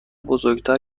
بزرگتر